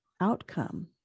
outcome